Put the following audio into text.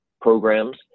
programs